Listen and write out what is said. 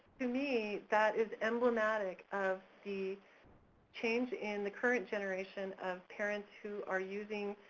to me, that is emblematic of the change in the current generation of parents who are using,